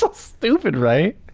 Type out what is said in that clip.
but stupid right?